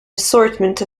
assortment